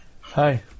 hi